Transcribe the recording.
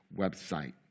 website